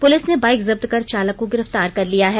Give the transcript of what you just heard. police ने bike जप्त कर चालक को गिरफ्तार कर लिया है